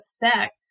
effect